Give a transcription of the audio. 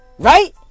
Right